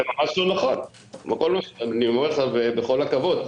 זה ממש לא נכון, אני אומר לך בכל הכבוד.